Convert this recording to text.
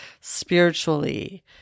spiritually